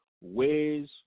Ways